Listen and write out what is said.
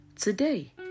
Today